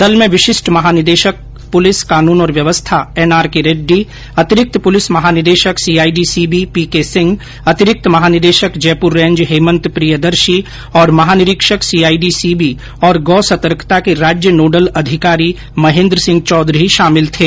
दल में विशिष्ठ महानिदेशक पुलिस कानून और व्यवस्था एनआरके रेड्डी अतिरिक्त पुलिस महानिदेशक CID CB P K Singh अतिरिक्त महानिदेशक जयपुर रेंज हेमंत प्रियदर्शी और महानिरीक्षक सीआईडी सीबी और गौ सतर्कता के राज्य नोडल अधिकारी महेन्द्र सिंह चौधरी शामिल थे